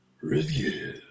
Review